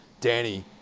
Danny